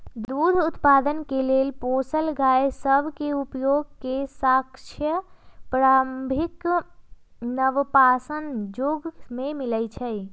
दूध उत्पादन के लेल पोसल गाय सभ के उपयोग के साक्ष्य प्रारंभिक नवपाषाण जुग में मिलइ छै